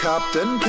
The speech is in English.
Captain